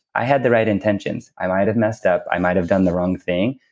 i had the right intentions. i might have messed up, i might have done the wrong thing.